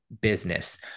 business